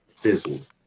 fizzled